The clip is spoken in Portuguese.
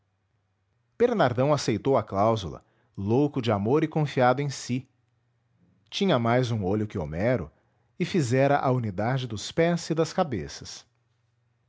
bernardão aceitou a cláusula louco de amor e confiado em si tinha mais um olho que homero e fizera a unidade dos pés e das cabeças